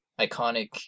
iconic